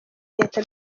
leta